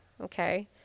okay